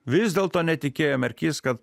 vis dėlto netikėjo merkys kad